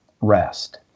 rest